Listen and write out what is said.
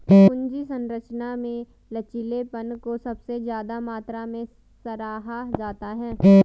पूंजी संरचना में लचीलेपन को सबसे ज्यादा मात्रा में सराहा जाता है